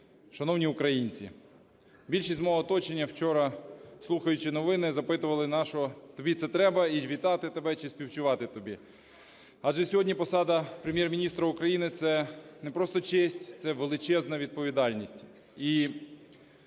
Шановні українці! Більшість з мого оточення вчора, слухаючи новини, запитували, навіщо тобі це треба і вітати тебе чи співчувати тобі. Адже сьогодні посада Прем'єр-міністра України – це не просто честь, це величезна відповідальність.